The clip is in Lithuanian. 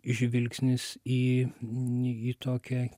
žvilgsnis į į tokią